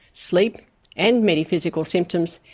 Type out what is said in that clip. sleep and many physical symptoms,